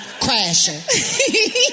crashing